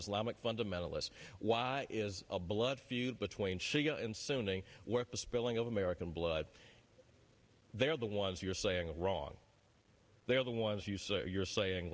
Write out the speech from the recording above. islamic fundamentalists why is a blood feud between shia and sunni where the spilling of american blood they're the ones you're saying wrong they're the ones you say you're saying